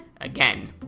again